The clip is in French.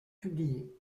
publié